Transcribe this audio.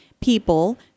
people